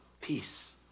Peace